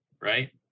right